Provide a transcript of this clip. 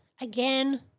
again